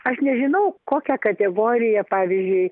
aš nežinau kokia kategorija pavyzdžiui